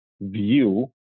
view